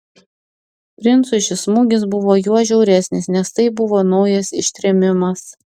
princui šis smūgis buvo juo žiauresnis nes tai buvo naujas ištrėmimas